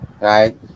Right